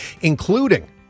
including